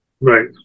Right